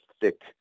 thick